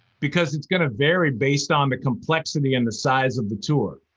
because it's going to vary based on the complexity and the size of the tour.